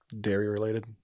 dairy-related